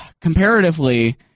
comparatively